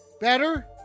better